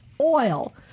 oil